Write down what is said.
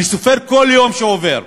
אני סופר כל יום שעובר.